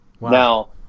Now